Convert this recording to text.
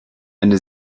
eine